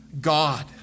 God